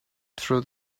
through